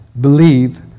believe